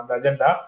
agenda